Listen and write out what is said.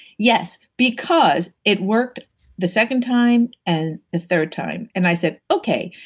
yes. because, it worked the second time and the third time, and i said, okay,